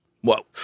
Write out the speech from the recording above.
Whoa